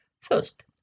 First